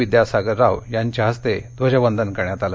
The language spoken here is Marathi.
विद्यासागर राव यांच्या हस्ते ध्वजवंदन करण्यात आलं